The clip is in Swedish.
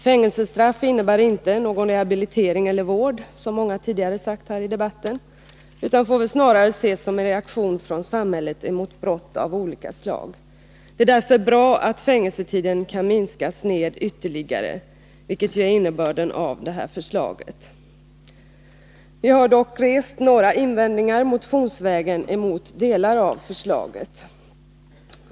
Fängelsestraff innebär inte någon rehabilitering eller vård, som många tidigare sagt här i debatten, utan får väl snarare ses som en reaktion från samhället mot brott av olika slag. Det är därför bra att fängelsetiden kan minskas ytterligare, vilket är innebörden av förslaget. Vi har dock rest några invändningar motionsvägen emot delar av förslaget.